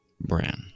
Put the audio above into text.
brand